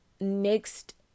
next